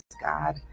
God